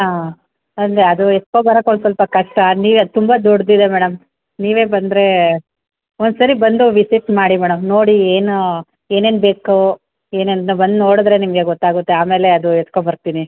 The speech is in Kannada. ಹಾಂ ಅಂದರೆ ಅದು ಎತ್ಕೊ ಬರಕ್ಕೆ ಒಂದು ಸ್ವಲ್ಪ ಕಷ್ಟ ನೀವೇ ತುಂಬ ದೊಡ್ಡದಿದೆ ಮೇಡಮ್ ನೀವೇ ಬಂದರೆ ಒಂದು ಸರಿ ಬಂದು ವಿಸಿಟ್ ಮಾಡಿ ಮೇಡಮ್ ನೋಡಿ ಏನು ಏನೇನು ಬೇಕು ಏನು ಅದನ್ನ ಬಂದು ನೋಡಿದ್ರೆ ನಿಮಗೆ ಗೊತ್ತಾಗುತ್ತೆ ಆಮೇಲೆ ಅದು ಎತ್ಕೊ ಬರ್ತೀನಿ